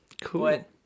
Cool